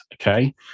Okay